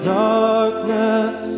darkness